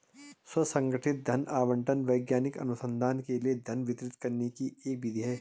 स्व संगठित धन आवंटन वैज्ञानिक अनुसंधान के लिए धन वितरित करने की एक विधि है